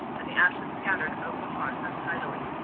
and the ashes scattered over the hearth untidily.